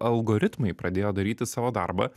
algoritmai pradėjo daryti savo darbą